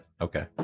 Okay